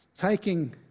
taking